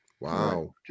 wow